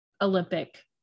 Olympic